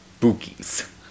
Spookies